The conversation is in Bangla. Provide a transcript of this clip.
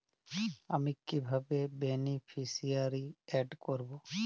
আমি কিভাবে বেনিফিসিয়ারি অ্যাড করব?